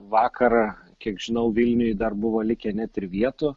vakarą kiek žinau vilniuj dar buvo likę net ir vietų